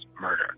murder